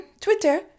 Twitter